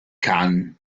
khan